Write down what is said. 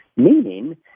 Meaning